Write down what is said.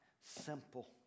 simple